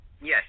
Yes